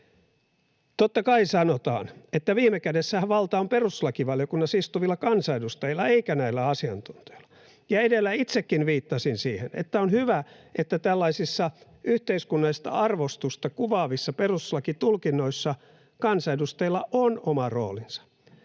Totta kai sanotaan, että viime kädessähän valta on perustuslakivaliokunnassa istuvilla kansanedustajilla eikä näillä asiantuntijoilla, ja edellä itsekin viittasin siihen, että on hyvä, että tällaisissa yhteiskunnallista arvostusta kuvaavissa perustuslakitulkinnoissa kansanedustajilla on oma roolinsa.